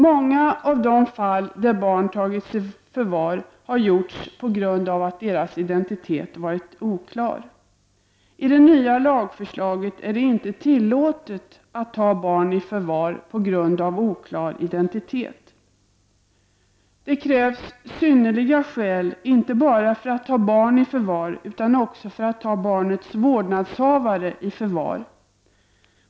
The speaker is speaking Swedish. Många av de fall då barn tagits i förvar har uppkommit på grund av att deras identitet har varit oklar. Enligt det nya lagförslaget är det inte tillåtet att ta barn i förvar på grund av oklar identitet. Det krävs synnerliga skäl, inte bara för att ta barn i förvar, utan också för att ta barnets vårdnadshavare i förvar.